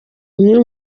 umwe